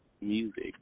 music